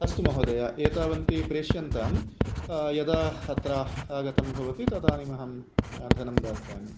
अस्तु महोदय एतावन्ति प्रेष्यन्तां यदा अत्र आगतं भवति तदानीमहं धनं दास्यामि